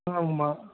ஆமா